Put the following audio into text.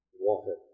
water